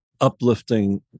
uplifting